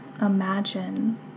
imagine